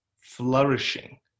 flourishing